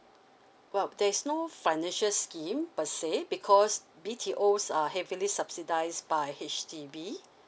well there's no financial scheme per se because B_T_O's are heavily subsidised by H_D_B